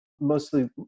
mostly